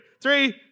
Three